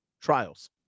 trials